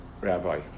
Rabbi